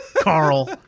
Carl